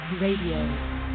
Radio